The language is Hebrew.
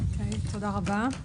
תודה רבה.